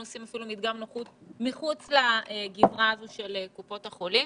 עושים אפילו מדגם נוחות מחוץ לגזרה הזאת של קופות החולים.